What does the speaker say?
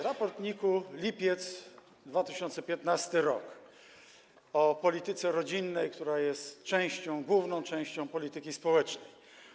Raport NIK-u, lipiec 2015 r., o polityce rodzinnej, która jest częścią, główną częścią polityki społecznej.